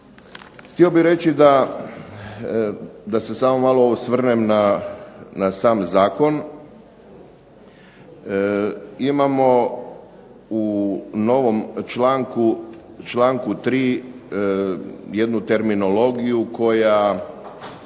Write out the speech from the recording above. Htio bi reći da, da se samo malo osvrnem na sam zakon. Imamo u novom članku, članku 3. jednu terminologiju koja